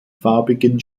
farbigen